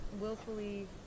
willfully